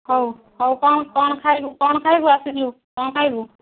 ହଉ ହଉ କ'ଣ କ'ଣ ଖାଇବୁ କ'ଣ ଖାଇବୁ ଆସିଯିବୁ କ'ଣ ଖାଇବୁ